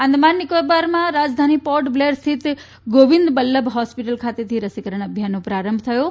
અંદમાન નિકોબારમાં રાજધાની પોર્ટ બ્લેર સ્થિત ગોવિંદ બલ્લભ હોસ્પિટલ ખાતેથી રસીકરણ અભિયાનનો પ્રારંભ થયો છે